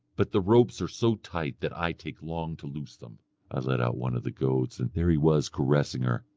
but the ropes are so tight that i take long to loose them i let out one of the goats, and there he was caressing her,